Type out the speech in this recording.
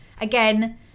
Again